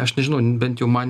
aš nežinau bent jau man